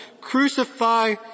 crucify